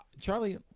Charlie